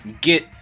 get